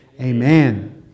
Amen